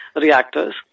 reactors